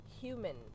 human